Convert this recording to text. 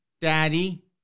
daddy